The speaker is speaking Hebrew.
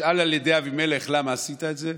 כשנשאל על ידי אבימלך: למה עשית את זה?